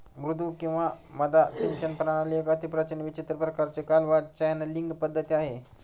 मुद्दू किंवा मद्दा सिंचन प्रणाली एक अतिप्राचीन विचित्र प्रकाराची कालवा चॅनलींग पद्धती आहे